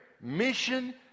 mission